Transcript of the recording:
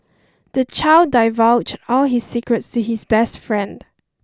the child divulged all his secrets to his best friend